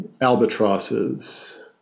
albatrosses